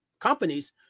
companies